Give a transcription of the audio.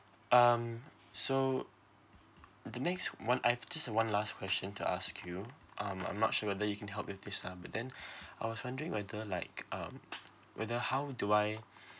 um so the next one I've just one last question to ask you um I'm not sure whether you can help with this lah but then I was wondering whether like um whether how do I